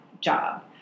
job